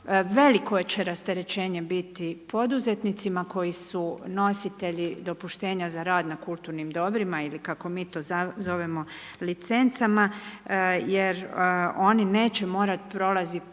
Veliko će rasterećenje biti poduzetnicima koji su nositelji dopuštenja za rad na kulturnim dobrima i kako mi to zovemo licencama jer oni neće morati prolaziti